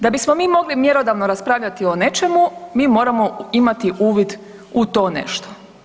Da bismo mi mogli mjerodavno raspravljati o nečemu mi moramo imati uvid u to nešto.